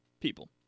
people